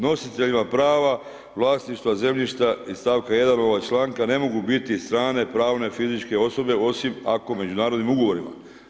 Nositeljima prava vlasništva zemljišta iz stavka 1. ovoga članka ne mogu biti strane, pravne, fizičke osobe osim ako međunarodnim ugovorima.